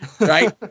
Right